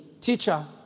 Teacher